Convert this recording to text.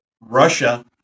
Russia